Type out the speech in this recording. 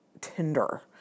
Tinder